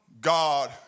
God